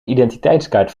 identiteitskaart